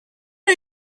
are